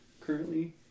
currently